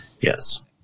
Yes